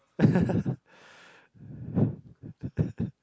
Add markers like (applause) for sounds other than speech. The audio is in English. (laughs) (breath) (laughs)